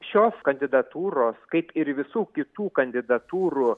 šios kandidatūros kaip ir visų kitų kandidatūrų